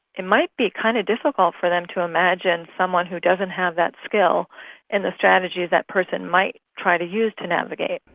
it might be kind of difficult for them to imagine someone who doesn't have that skill and the strategies that person might try to use to navigate.